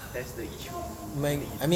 that's the issue I mean